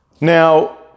Now